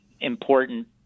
important